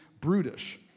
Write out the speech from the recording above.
brutish